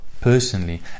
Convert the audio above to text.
personally